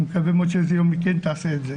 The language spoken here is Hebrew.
אני מקווה מאוד שבאיזה יום היא כן תעשה את זה.